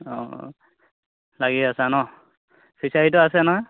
অ লাগি আছা ন ফিছাৰীটো আছে নহয়